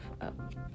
up